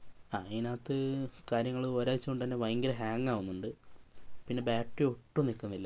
ആ ഇതിനകത്ത് കാര്യങ്ങൾ ഒരാഴ്ച്ചകൊണ്ട് തന്നെ ഭയങ്കര ഹാങ്ങാവുന്നുണ്ട് പിന്നെ ബാറ്ററി ഒട്ടും നിൽക്കുന്നില്ല